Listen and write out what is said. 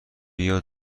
بیا